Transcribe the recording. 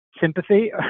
sympathy